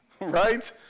Right